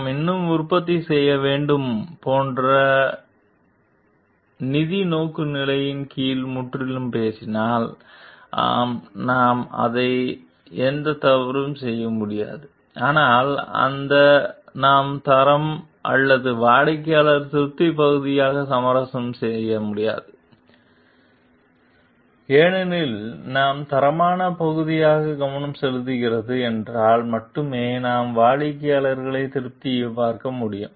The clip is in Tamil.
நாம் இன்னும் உற்பத்தி செய்ய வேண்டும் போன்ற நீங்கள் நிதி நோக்குநிலை கீழ் முற்றிலும் பேசினால் ஆம் நாம் அதை எந்த தவறும் செய்ய முடியாது ஆனால் அந்த நாம் தரம் அல்லது வாடிக்கையாளர் திருப்தி பகுதியாக சமரசம் முடியாது ஏனெனில் நாம் தரமான பகுதியாக கவனம் செலுத்துகிறது என்றால் மட்டுமே நாம் வாடிக்கையாளர் திருப்தி பார்க்க முடியும்